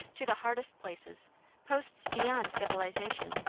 to the hardest places posts beyond civilisation,